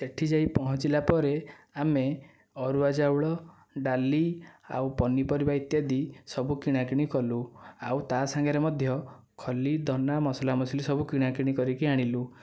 ସେହିଠି ଯାଇ ପହଞ୍ଚିଲା ପରେ ଆମେ ଅରୁଆ ଚାଉଳ ଡାଲି ଆଉ ପନିପରିବା ଇତ୍ୟାଦି ସବୁ କିଣା କିଣି କଲୁ ଆଉ ତା'ସାଙ୍ଗରେ ମଧ୍ୟ ଖଲି ଦନା ମସଲା ମସଲି ସବୁ କିଣାକିଣି କରିକି ଆଣିଲୁ